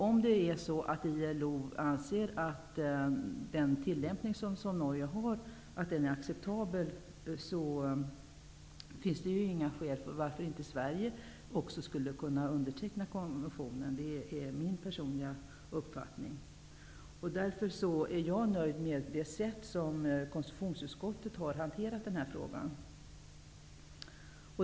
Om ILO anser att Norges tillämpning är acceptabel finns det inga skäl för Sverige att inte kunna underteckna konventionen. Det är min personliga uppfattning. Jag är därför nöjd med det sätt som konstitutionsutskottet har hanterat frågan.